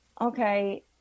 Okay